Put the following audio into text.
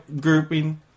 grouping